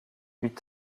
eut